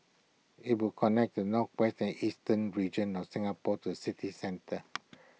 IT will connect the northwestern and eastern regions of Singapore to the city centre